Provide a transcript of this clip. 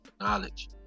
knowledge